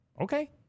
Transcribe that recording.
Okay